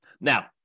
Now